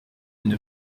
elles